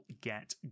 get